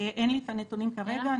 אין לי את הנתונים כרגע.